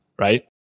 right